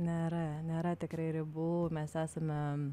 nėra nėra tikrai ribų mes esame